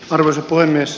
arvoisa puhemies